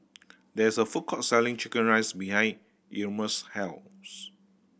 there is a food court selling chicken rice behind Erasmus' health